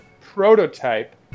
prototype